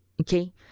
okay